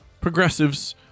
progressives